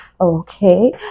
Okay